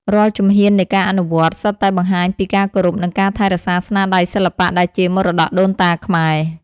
រាល់ជំហាននៃការអនុវត្ត សុទ្ធតែបង្ហាញពីការគោរព និងការថែរក្សាស្នាដៃសិល្បៈដែលជាមរតកដូនតាខ្មែរ។